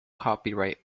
copyright